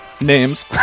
Names